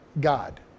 God